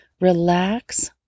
Relax